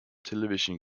television